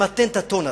למתן את הטון הזה.